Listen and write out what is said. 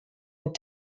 and